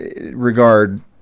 regard